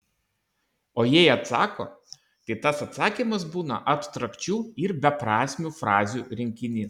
o jei atsako tai tas atsakymas būna abstrakčių ir beprasmių frazių rinkinys